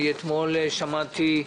אתמול שמעתי,